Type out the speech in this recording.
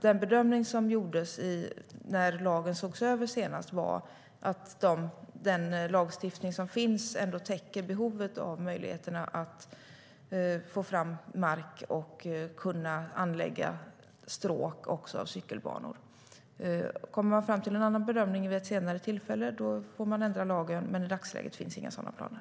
Den bedömning som gjordes när lagen senast sågs över var att den lagstiftning som finns täcker behovet av att kunna få fram mark för att anlägga stråk av cykelbanor. Kommer man fram till en annan bedömning vid ett senare tillfälle får lagen ändras, men i dagsläget finns som sagt inga sådana planer.